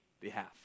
behalf